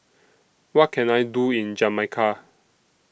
What Can I Do in Jamaica